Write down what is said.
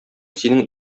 синең